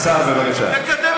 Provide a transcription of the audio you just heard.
נחזור להצעת החוק המצוינת.